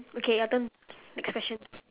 okay your turn next question